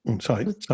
Sorry